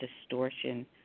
distortion